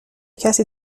کسی